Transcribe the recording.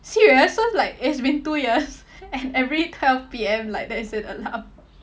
serious so it's like it's been two years and every twelve P_M like there's an alarm